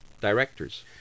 directors